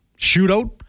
shootout